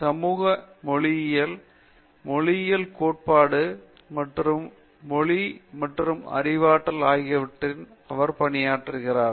சமூக மொழியியல் மொழியியல் கோட்பாடு மற்றும் மொழி மற்றும் அறிவாற்றல் ஆகியவற்றில் இவர் பணியாற்றுகிறார்